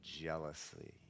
jealously